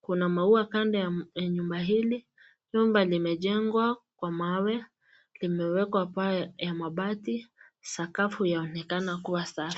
kuna maua kando ya nyumba hili, nyumba limejengwa kwa mawe, limewekwa paa ya mabati, sakafu yaonekana kuwa safi.